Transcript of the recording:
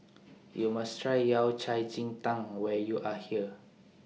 YOU must Try Yao Cai Ji Tang when YOU Are here